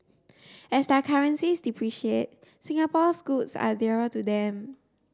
as their currencies depreciate Singapore's goods are dearer to them